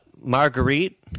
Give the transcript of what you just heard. Marguerite